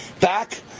back